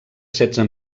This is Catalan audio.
setze